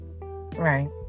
Right